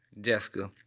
Jessica